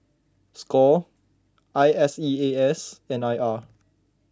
Score I S E A S and I R